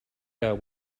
out